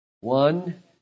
One